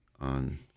on